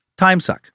timesuck